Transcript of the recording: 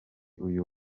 uyu